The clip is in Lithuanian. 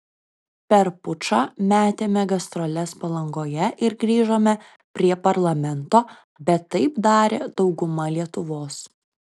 per pučą metėme gastroles palangoje ir grįžome prie parlamento bet taip darė dauguma lietuvos